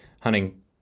hunting